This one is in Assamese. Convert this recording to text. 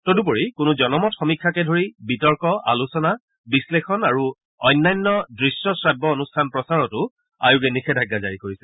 তদুপৰি কোনো জনমত সমীক্ষাকে ধৰি বিতৰ্ক আলোচনা বিশ্লেষণ আৰু অন্যান্য দৃশ্য শ্ৰাব্য অনুষ্ঠান প্ৰচাৰতো আয়োগে নিষেধাজ্ঞা জাৰি কৰিছে